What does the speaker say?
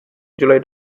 july